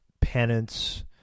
penance